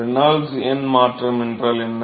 Reynolds எண் மாற்றம் என்றால் என்ன